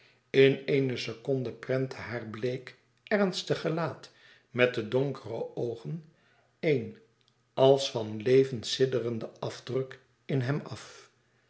in eene seconde prentte haar bleek ernstig gelaat met de donkere oogen een als van leven sidderenden afdruk in hem af